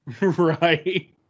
Right